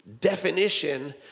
definition